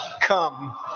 come